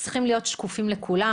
הם צריכים להיות שקופים לכולם.